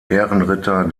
ehrenritter